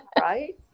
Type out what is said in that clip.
right